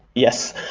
yes,